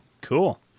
Cool